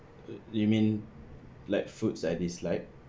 you mean like foods I dislike